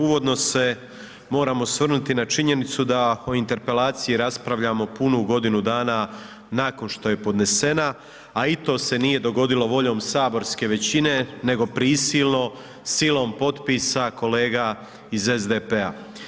Uvodno se moramo osvrnuti na činjenicu da o interpelaciji raspravljamo punu godinu dana nakon što je donesena a i to se nije dogodilo voljom saborske većine nego prisilno, silom potpisa kolega iz SDP-a.